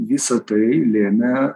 visa tai lėmė